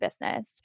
business